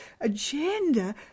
agenda